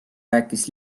rääkis